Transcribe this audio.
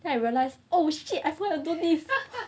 then I realise oh shit I forgot to do this